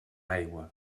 aigua